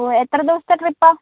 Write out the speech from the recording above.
ഓ എത്ര ദിവസത്തെ ട്രിപ്പാണ്